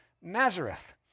Nazareth